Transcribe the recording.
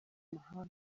mahanga